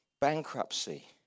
Bankruptcy